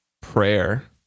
prayer